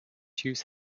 use